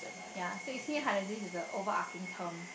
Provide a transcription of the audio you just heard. ya so ischemic heart disease is a overarching term